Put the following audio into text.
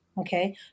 Okay